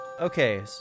Okay